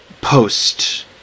post